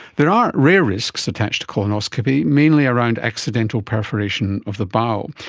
there are rare risks attached to colonoscopies, mainly around accidental perforation of the bowel.